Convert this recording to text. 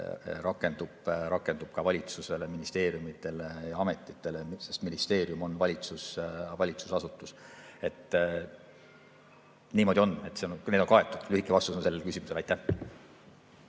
rakendub ka valitsusele, ministeeriumidele ja ametitele, sest ministeerium on valitsusasutus. Niimoodi on, need on kaetud. See on lühike vastus sellele küsimusele. Aitäh!